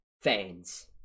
fans